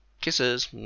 kisses